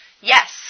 Yes